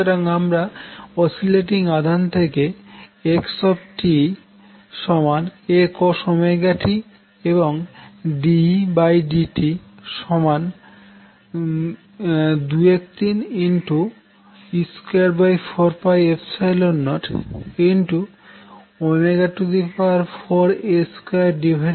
সুতরাং আমরা অসিলেটিং আধান থেকে x A cost এবং dEdt 23e2404A2C3cos2t পাই